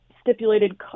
stipulated